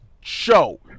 show